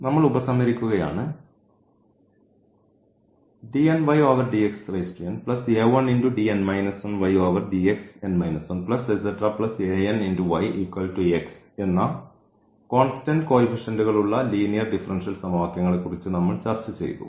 നമ്മൾ ഉപസംഹരിക്കുകയാണ് എന്ന കോൺസ്റ്റൻറ് കോയിഫിഷൻറ്കളുള്ള ലീനിയർ ഡിഫറൻഷ്യൽ സമവാക്യങ്ങളെക്കുറിച്ച് നമ്മൾ ചർച്ചചെയ്തു